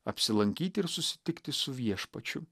apsilankyti ir susitikti su viešpačiu